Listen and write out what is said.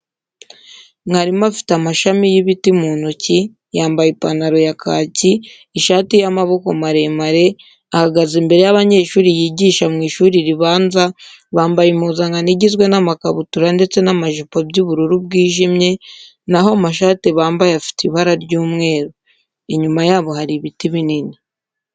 Mwarimu afite amashami y'ibiti mu ntoki yambaye ipantalo ya kaki, ishati y'amaboko maremare, ahagaze imbere y'abanyeshuri yigisha mu ishuri ribanza bambaye impuzankano igizwe n'amakabutura ndetse n'amajipo by'ubururu bwijimye, naho amashati bambaye afite ibara ry'umweru. Inyuma yabo hari ibiti binini.